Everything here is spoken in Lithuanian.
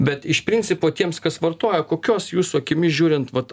bet iš principo tiems kas vartoja kokios jūsų akimis žiūrint vat